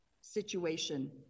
situation